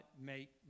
make